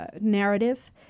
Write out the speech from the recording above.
narrative